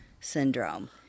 syndrome